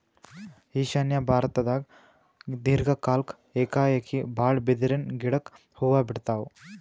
ಈಶಾನ್ಯ ಭಾರತ್ದಾಗ್ ದೀರ್ಘ ಕಾಲ್ಕ್ ಏಕಾಏಕಿ ಭಾಳ್ ಬಿದಿರಿನ್ ಗಿಡಕ್ ಹೂವಾ ಬಿಡ್ತಾವ್